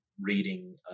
reading